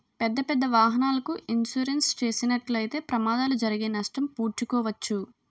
పెద్దపెద్ద వాహనాలకు ఇన్సూరెన్స్ చేసినట్లయితే ప్రమాదాలు జరిగితే నష్టం పూడ్చుకోవచ్చు